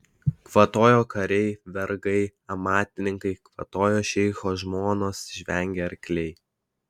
kvatojo kariai vergai amatininkai kvatojo šeicho žmonos žvengė arkliai